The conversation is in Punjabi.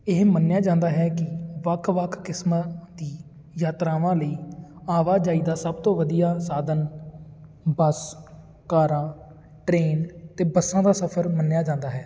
ਇਹ ਮੰਨਿਆਂ ਜਾਂਦਾ ਹੈ ਕਿ ਵੱਖ ਵੱਖ ਕਿਸਮਾਂ ਦੀ ਯਾਤਰਾਵਾਂ ਲਈ ਆਵਾਜਾਈ ਦਾ ਸਭ ਤੋਂ ਵਧੀਆ ਸਾਧਨ ਬੱਸ ਕਾਰਾਂ ਟਰੇਨ ਅਤੇ ਬੱਸਾਂ ਦਾ ਸਫਰ ਮੰਨਿਆਂ ਜਾਂਦਾ ਹੈ